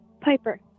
Piper